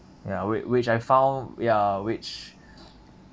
ya whi~ which I found ya which